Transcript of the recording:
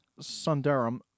Sundaram